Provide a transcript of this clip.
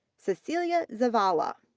cecelia zavala.